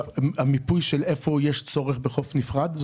המיפוי של היכן יש צורך בחוף נפרד?